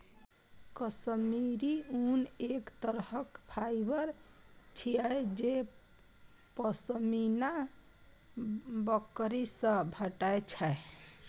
काश्मीरी ऊन एक तरहक फाइबर छियै जे पश्मीना बकरी सं भेटै छै